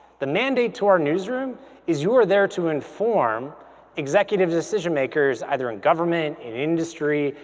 the mandate to our newsroom is you are there to inform executive decision makers either in government, in industry,